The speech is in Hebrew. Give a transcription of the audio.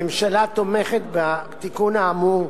הממשלה תומכת בתיקון האמור,